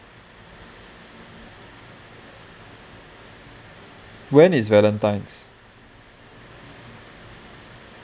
when is valentines